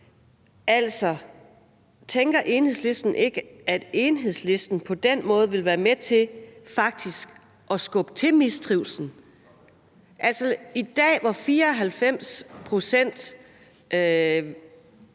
Tænker Enhedslisten ikke, at Enhedslisten på den måde vil være med til faktisk at skubbe til mistrivslen? I dag får 94 pct.